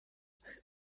tournent